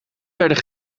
werden